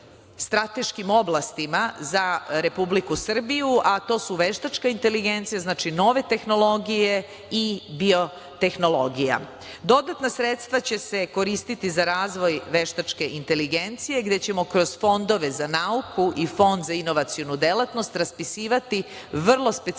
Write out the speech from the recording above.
strateškim oblastima za Republiku Srbiju, a to su veštačka inteligenciju, znači, nove tehnologije i biotehnologija. Dodatna sredstva će se koristiti za razvoj veštačke inteligencije, gde ćemo kroz fondove za nauku i Fond za inovacionu delatnost raspisivati vrlo specifične